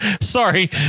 Sorry